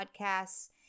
podcasts